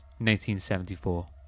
1974